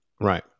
Right